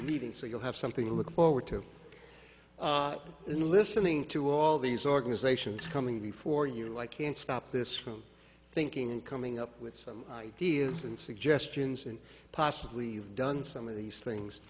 meeting so you'll have something to look forward to and listening to all these organizations coming before you like can stop this from thinking and coming up with some ideas and suggestions and possibly you've done some of these things